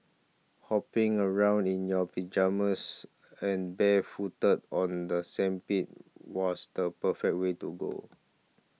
hopping around in your pyjamas and barefooted on the sandpit was the perfect way to go